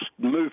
move